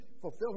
fulfill